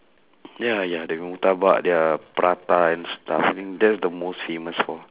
ya ya the murtabak their prata and stuff I think that's the most famous lor